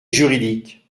juridique